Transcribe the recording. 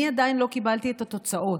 אני עדיין לא קיבלתי את התוצאות,